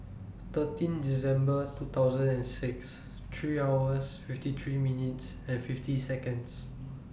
thirteen December two thousand and six three hours fifty three minutes and fifty Seconds